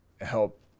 help